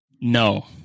No